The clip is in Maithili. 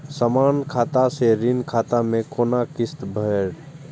समान खाता से ऋण खाता मैं कोना किस्त भैर?